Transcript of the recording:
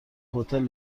هتل